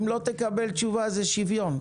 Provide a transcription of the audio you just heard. אם לא תקבל תשובה זה שוויון.